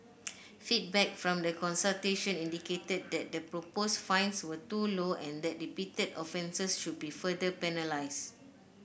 feedback from the consultation indicated that the proposed fines were too low and that repeated offences should be further penalise